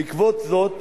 בעקבות זאת